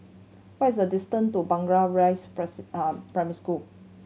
what is the distance to Blangah Rise Primary School